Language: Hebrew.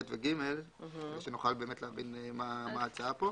ב' ו-ג' כדי שנוכל באמת להבין מה ההצעה פה.